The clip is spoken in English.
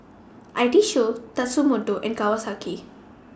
I T Show Tatsumoto and Kawasaki